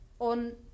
on